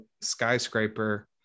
skyscraper